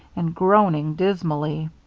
and groaning dismally.